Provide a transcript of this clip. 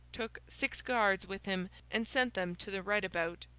took six guards with him, and sent them to the right-about.